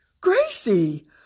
Gracie